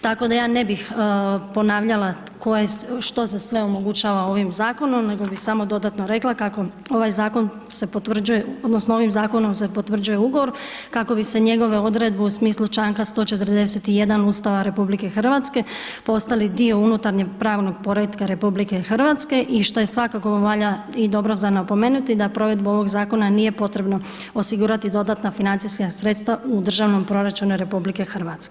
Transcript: Tako da ja ne bih ponavljala tko je, što se sve omogućava ovim zakonom nego bih samo dodatno rekla kako ovaj zakon se potvrđuje, odnosno ovim zakonom se potvrđuje ugovor kako bi se njegove odredbe u smislu čl. 141 Ustava RH postali dio unutarnjeg pravnog poretka RH i što je svakako valja i dobro ta napomenuti, da provedbu ovog zakona nije potrebno osigurati dodatna financijska sredstva u državnom proračunu RH.